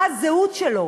מה הזהות שלו?